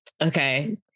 Okay